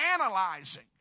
analyzing